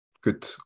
good